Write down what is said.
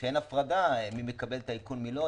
כשאין הפרדה מי מקבל את האיכון ומי לא,